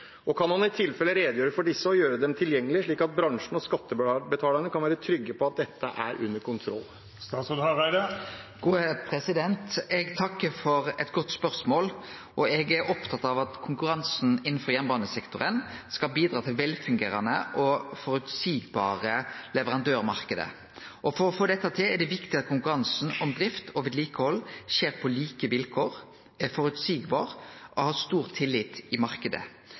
og kan han i tilfelle redegjøre for disse og gjøre dem tilgjengelig slik at bransjen og skattebetalerne kan være trygge på at dette er under kontroll?» Eg takkar for eit godt spørsmål, og eg er opptatt av at konkurransen innanfor jernbanesektoren skal bidra til velfungerande og føreseielege leverandørmarknader. For å få dette til er det viktig at konkurransen om drift og vedlikehald skjer på like vilkår, er føreseieleg og har stor tillit i